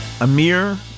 Amir